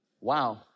Wow